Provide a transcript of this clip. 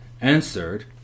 answered